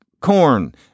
Corn